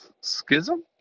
schism